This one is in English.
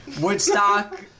Woodstock